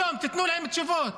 היום תיתנו להם תשובות.